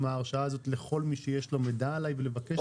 ההרשאה הזאת לכל מי שיש לו מידע עליי ולבקש ממנו?